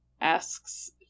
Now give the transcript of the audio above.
asks